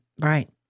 Right